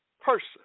person